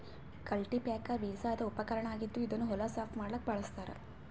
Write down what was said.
cultipacker ಬೇಸಾಯದ್ ಉಪಕರ್ಣ್ ಆಗಿದ್ದ್ ಇದನ್ನ್ ಹೊಲ ಸಾಫ್ ಮಾಡಕ್ಕ್ ಬಳಸ್ತಾರ್